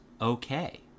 okay